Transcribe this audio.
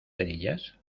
cerillas